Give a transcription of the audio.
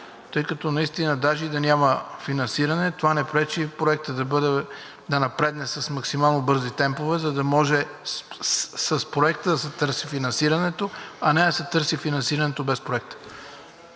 тъй като наистина даже и да няма финансиране, това не пречи проектът да напредне с максимално бързи темпове, за да може с проекта да се търси финансирането, а не да се търси финансирането без проекта.